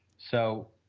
so,